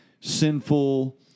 sinful